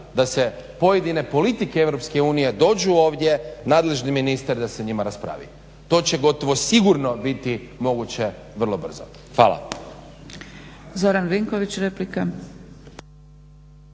da se pojedine politike EU dođu ovdje nadležni ministar da se o njima raspravi. To će gotovo sigurno biti moguće vrlo brzo. Hvala.